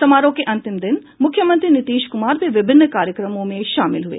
समारोह के अंतिम दिन मुख्यमंत्री नीतीश कुमार भी विभिन्न कार्यक्रमों में शामिल हुए